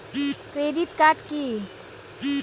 Credit card key?